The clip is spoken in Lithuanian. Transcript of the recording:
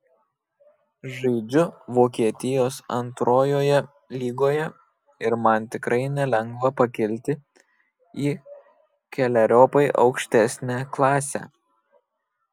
žaidžiu vokietijos antrojoje lygoje ir man tikrai nelengva pakilti į keleriopai aukštesnę klasę